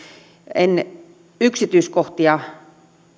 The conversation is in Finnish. en yksityiskohtia